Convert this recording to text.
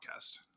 podcast